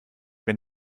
wenn